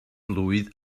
blwydd